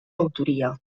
autoria